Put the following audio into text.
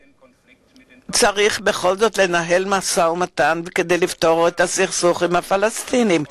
צריך לנהל משא-ומתן כדי לפתור את הסכסוך עם הפלסטינים.